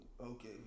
Okay